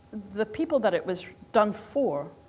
the people that it was done for